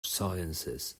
sciences